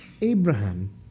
Abraham